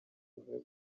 buvuye